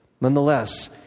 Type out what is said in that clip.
nonetheless